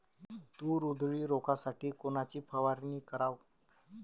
तूर उधळी रोखासाठी कोनची फवारनी कराव?